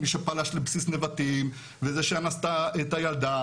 מי שפלש לבסיס נבטים, וזה שאנס את הילדה.